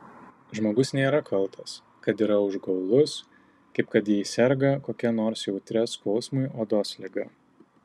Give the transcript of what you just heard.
žmogus nėra kaltas kad yra užgaulus kaip kad jei serga kokia nors jautria skausmui odos liga